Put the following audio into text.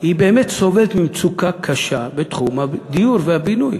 היא באמת סובלת ממצוקה קשה בתחום הדיור והבינוי,